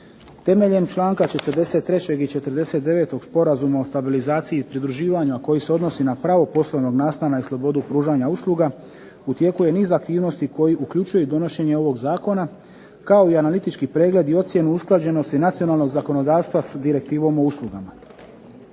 Temeljem članka 43. i 49. Sporazuma o stabilizaciji i pridruživanju, a koji se odnosi na pravo poslovnog nastana i slobodu pružanja usluga u tijeku je niz aktivnosti koji uključuje i donošenje ovog zakona kao i analitički pregled i ocjenu usklađenosti nacionalnog zakonodavstva sa direktivom o uslugama.